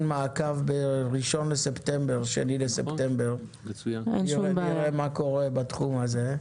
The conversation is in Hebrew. מעקב ב-1.8 ונראה מה קורה בתחום הזה.